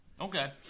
Okay